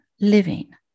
living